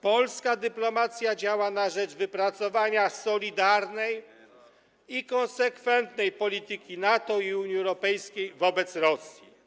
Polska dyplomacja działa na rzecz wypracowania solidarnej i konsekwentnej polityki NATO i Unii Europejskiej wobec Rosji.